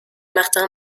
martin